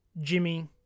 Jimmy